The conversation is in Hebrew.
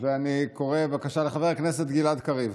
ואני קורא, בבקשה, לחבר הכנסת גלעד קריב.